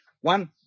One